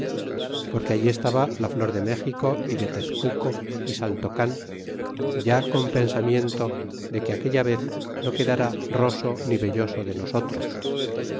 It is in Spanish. porque allí estaba la flor de méxico y de tezmico y sallocan ya con pensamiento que de aquella vez no quedara roso ni velloso de nosotros